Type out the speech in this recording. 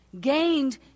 gained